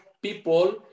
people